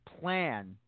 plan